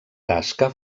tasca